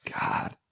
God